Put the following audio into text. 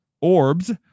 orbs